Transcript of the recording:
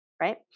right